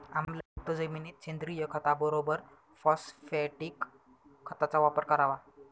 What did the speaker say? आम्लयुक्त जमिनीत सेंद्रिय खताबरोबर फॉस्फॅटिक खताचा वापर करावा